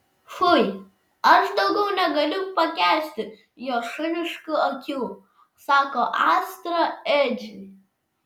fui aš daugiau negaliu pakęsti jo šuniškų akių sako astra edžiui